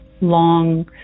long